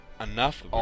enough